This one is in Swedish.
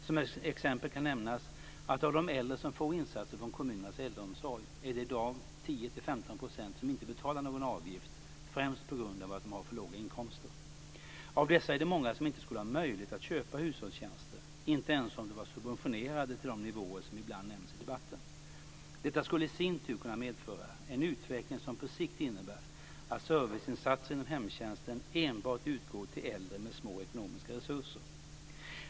Som exempel kan nämnas att av de äldre som får insatser från kommunernas äldreomsorg är det i dag 10-15 % som inte betalar någon avgift, främst på grund av att de har för låga inkomster. Av dessa är det många som inte skulle ha möjlighet att köpa hushållstjänster, inte ens om de var subventionerade till de nivåer som ibland nämns i debatten. Detta skulle i sin tur kunna medföra en utveckling som på sikt innebär att serviceinsatser inom hemtjänsten enbart utgår till äldre med små ekonomiska resurser.